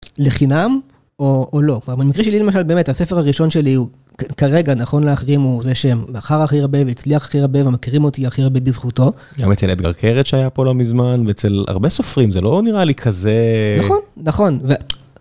לחינם או לא. במקרה שלי למשל באמת הספר הראשון שלי הוא כרגע נכון להכרימו זה שהם מאחר הכי רבה והצליח הכי רבה ומכירים אותי הכי רבה בזכותו. אתגר כרת שהיה פה לא מזמן אצל הרבה סופרים זה לא נראה לי כזה. נכון. נכון.